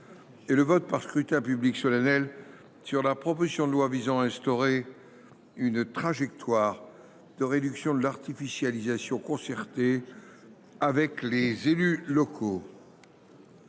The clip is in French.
et le vote par scrutin public solennel sur la proposition de loi visant à instaurer une trajectoire de réduction de l’artificialisation concertée avec les élus locaux